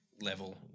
level